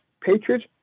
patriots